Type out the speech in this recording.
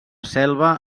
selva